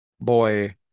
boy